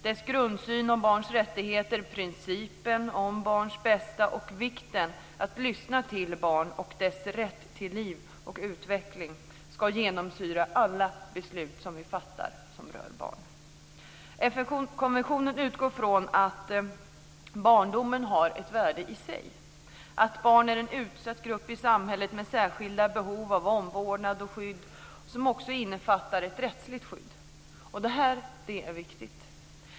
Dess grundsyn om barns rättigheter, principen om barns bästa och vikten av att lyssna till barn och deras rätt till liv och utveckling ska genomsyra alla beslut vi fattar som rör barn. FN-konventionen utgår från att barndomen har ett värde i sig, att barn är en utsatt grupp i samhället med särskilda behov av omvårdnad och skydd - som också innefattar ett rättsligt skydd. Det är viktigt.